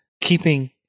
keeping